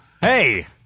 hey